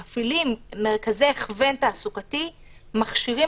הם מפעילים מרכזי הכוון תעסוקתי ומכשירים